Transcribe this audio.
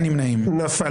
הצבעה לא אושרה נפל.